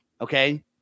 okay